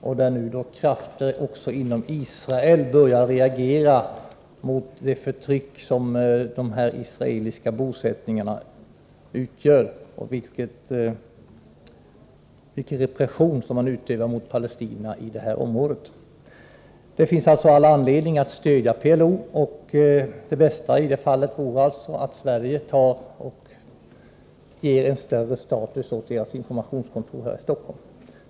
Även krafter i Israel börjar reagera mot det förtryck som de israeliska bosättningarna innebär och den repression som utövas mot palestinier i det här området. Det finns alltså all anledning att stödja PLO. Det bästa i det här fallet vore att Sverige ger PLO:s informationskontor i Stockholm en större status.